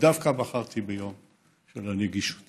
בחרתי דווקא ביום של הנגישות